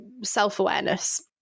self-awareness